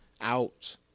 Out